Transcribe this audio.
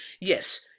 Yes